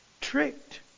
tricked